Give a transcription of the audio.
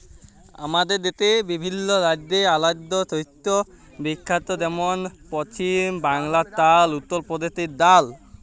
আমাদের দ্যাশে বিভিল্ল্য রাজ্য আলেদা শস্যে বিখ্যাত যেমল পছিম বাংলায় চাল, উত্তর পরদেশে ডাল